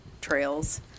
trails